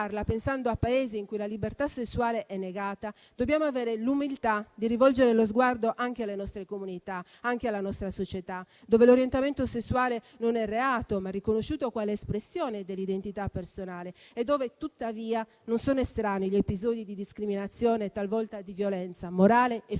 pensando a Paesi in cui la libertà sessuale è negata, dobbiamo avere l'umiltà di rivolgere lo sguardo anche alle nostre comunità, anche alla nostra società, dove l'orientamento sessuale non è reato, è riconosciuto quale espressione dell'identità personale, ma dove, tuttavia, non sono estranei gli episodi di discriminazione, talvolta di violenza morale e fisica.